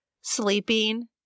sleeping